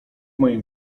moim